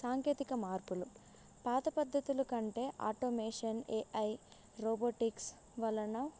సాంకేతిక మార్పులు పాత పద్ధతులు కంటే ఆటోమేషన్ ఏఐ రోబోటిక్స్ వలన